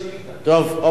טוב, אוקיי.